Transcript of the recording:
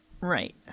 Right